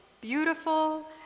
beautiful